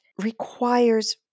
requires